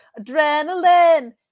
adrenaline